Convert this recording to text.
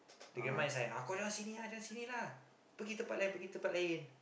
the grandma is like uh kau jalan sini ah jalan sini lah pergi tempat lain pergi tempat lain